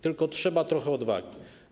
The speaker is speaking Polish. Tylko trzeba trochę odwagi.